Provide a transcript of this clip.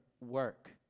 work